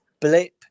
blip